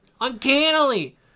Uncannily